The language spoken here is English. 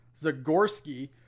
Zagorski